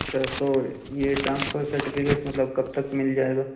اچھا تو یہ ٹرانسفر سرٹیفکٹ مطلب کب تک مل جائے گا